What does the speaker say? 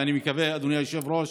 ואני מקווה, אדוני היושב-ראש,